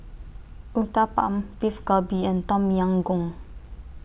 Uthapam Beef Galbi and Tom Yam Goong